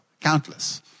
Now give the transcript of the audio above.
countless